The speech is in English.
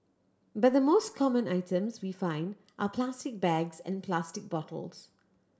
but the most common items we find are plastic bags and plastic bottles